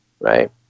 right